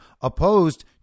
opposed